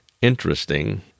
interesting